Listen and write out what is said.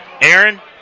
Aaron